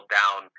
down